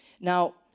Now